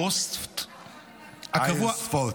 איירוספט -- איירספוט,